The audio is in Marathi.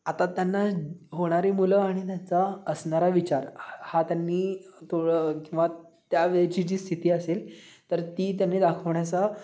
आता त्यांना होणारी मुलं आणि त्यांचा असणारा विचार हा त्यांनी थोडं किंवा त्यावेळची जी स्थिती असेल तर ती त्यांनी दाखवण्याचा